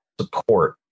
support